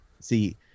See